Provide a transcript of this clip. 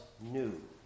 new